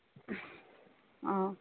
ও